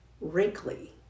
wrinkly